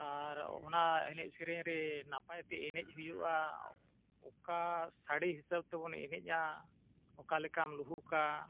ᱟᱨ ᱚᱱᱟ ᱮᱱᱮᱡ ᱥᱮᱨᱮᱧ ᱨᱮ ᱱᱟᱯᱟᱭᱛᱮ ᱮᱱᱮᱡ ᱦᱩᱭᱩᱜᱼᱟ ᱚᱠᱟ ᱥᱟᱹᱲᱤ ᱦᱤᱥᱟᱹᱵ ᱛᱮᱵᱚᱱ ᱮᱱᱮᱡᱟ ᱚᱠᱟ ᱞᱮᱠᱟᱢ ᱞᱩᱦᱩᱠᱟ